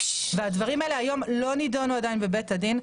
והדברים האלה היום לא נידונו עדיין בבית הדין.